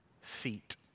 feet